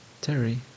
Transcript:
Terry